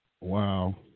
Wow